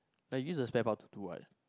like use spare part to do what